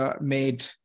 made